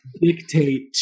dictate